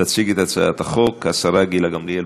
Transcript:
תציג את הצעת החוק השרה גילה גמליאל.